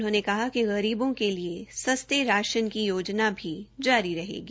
उन्होंने कहा कि गरीबों के लिए सस्ते राशन की योजना भी जारी रहेगी